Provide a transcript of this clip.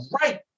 right